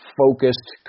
focused